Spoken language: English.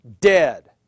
dead